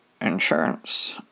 insurance